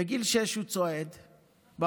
בגיל שש הוא צועד במסע,